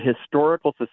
historical